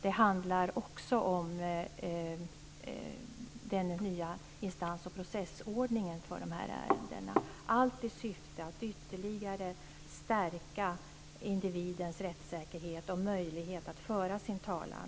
Det handlar också om den nya instans och processordningen för de här ärendena. Syftet är att ytterligare stärka individens rättssäkerhet och möjlighet att föra sin talan.